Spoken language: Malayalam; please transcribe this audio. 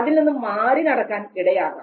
അതിൽ നിന്നും മാറി നടക്കാൻ ഇടയാകാം